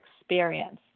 experience